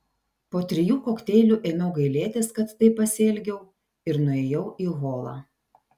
po trijų kokteilių ėmiau gailėtis kad taip pasielgiau ir nuėjau į holą